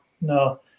no